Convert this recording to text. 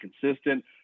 consistent